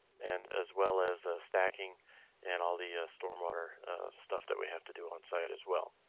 and as well as stacking and all the stormwater stuff that we have to do onsite as well.